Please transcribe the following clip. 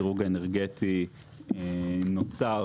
הדירוג האנרגטי נוצר